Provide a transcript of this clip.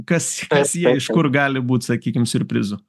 kas kas jie iš kur gali būt sakykim siurprizų